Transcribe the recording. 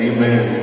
Amen